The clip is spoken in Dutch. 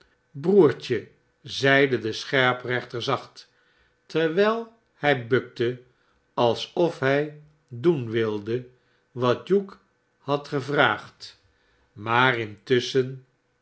broertje zeide de scherprechter zacht terwijl hij bukte alsof hij doen wilde wat hugh had gevraagd maar intusschen